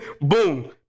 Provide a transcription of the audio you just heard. Boom